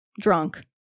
drunk